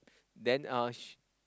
then uh she